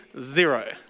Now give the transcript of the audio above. zero